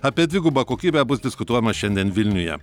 apie dvigubą kokybę bus diskutuojama šiandien vilniuje